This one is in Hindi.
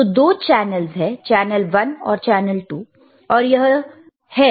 तो दो चैनलस है चैनल 1 और चैनल 2